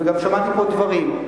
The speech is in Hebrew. וגם שמעתי פה דברים.